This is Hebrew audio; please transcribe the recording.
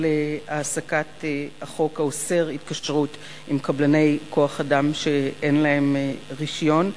החוק האוסר התקשרות עם קבלני כוח-אדם שאין להם רשיון,